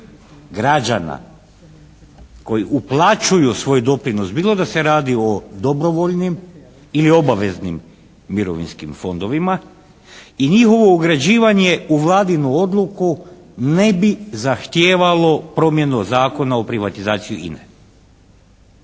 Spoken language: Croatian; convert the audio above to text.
građana koji uplaćuju svoj doprinos bilo da se radi o dobrovoljnim ili obaveznim mirovinskim fondovima i njihovo ugrađivanje u Vladinu odluku ne bi zahtijevalo promjenu Zakona o privatizaciji INA-e.